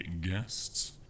guests